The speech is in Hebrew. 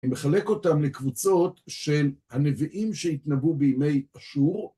אני מחלק אותם לקבוצות של הנביאים שהתנבאו בימי אשור.